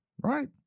Right